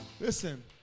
listen